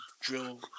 drill